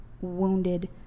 wounded